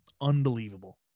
Unbelievable